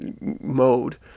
mode